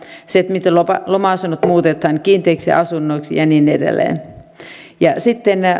se miten loma asunnot muutetaan kiinteiksi asunnoiksi ja niin edelleen